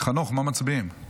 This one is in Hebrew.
חנוך, מה מצביעים?